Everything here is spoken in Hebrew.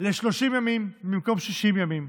ל-30 ימים במקום 60 ימים.